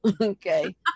okay